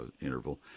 interval